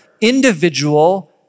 individual